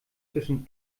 zwischen